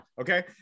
okay